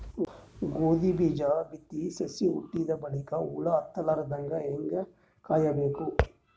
ಗೋಧಿ ಬೀಜ ಬಿತ್ತಿ ಸಸಿ ಹುಟ್ಟಿದ ಬಲಿಕ ಹುಳ ಹತ್ತಲಾರದಂಗ ಹೇಂಗ ಕಾಯಬೇಕು?